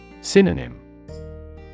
Synonym